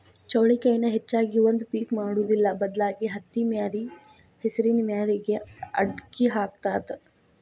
ಚೌಳಿಕಾಯಿನ ಹೆಚ್ಚಾಗಿ ಒಂದ ಪಿಕ್ ಮಾಡುದಿಲ್ಲಾ ಬದಲಾಗಿ ಹತ್ತಿಮ್ಯಾರಿ ಹೆಸರಿನ ಮ್ಯಾರಿಗೆ ಅಕ್ಡಿ ಹಾಕತಾತ